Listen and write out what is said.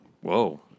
Whoa